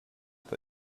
that